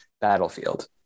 battlefield